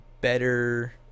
better